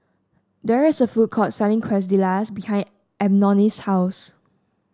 there is a food court selling Quesadillas behind Eboni's house